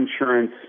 insurance